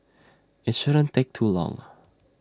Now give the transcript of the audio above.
IT shouldn't take too long